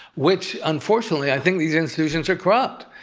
which unfortunately i think these institutions are corrupt.